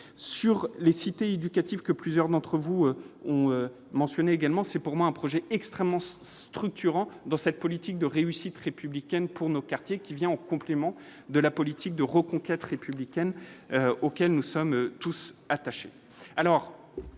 sur les sites que plusieurs d'entre vous ont mentionné également, c'est pour moi un projet extrêmement structurant dans cette politique de réussite républicaine pour nos quartiers qui vient en complément de la politique de reconquête républicaine auquel nous sommes tous attachés,